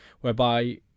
whereby